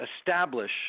establish